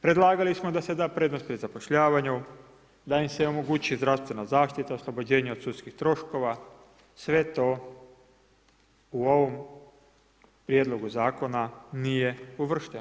Predlagali smo da se da prednost pri zapošljavanju, da im se omogući zdravstvena zaštita, oslobođenje od sudskih troškova, sve to u ovom prijedlogu zakona nije uvršteno.